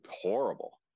horrible